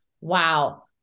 Wow